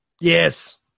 Yes